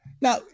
Now